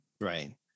right